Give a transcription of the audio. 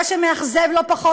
מה שמאכזב לא פחות,